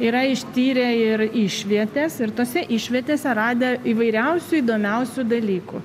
yra ištyrę ir išvietes ir tose išvietėse radę įvairiausių įdomiausių dalykų